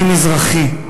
אני מזרחי,